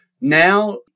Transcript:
Now